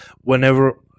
Whenever